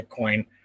Bitcoin